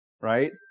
right